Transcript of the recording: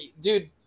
dude